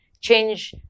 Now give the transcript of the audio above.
change